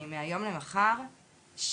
מהיום למחר,